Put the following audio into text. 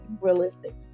realistic